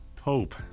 Hope